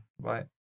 Bye